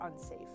unsafe